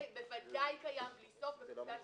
זה בוודאי קיים בלי סוף בפקודת